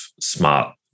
smart